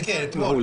אני.